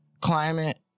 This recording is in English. climate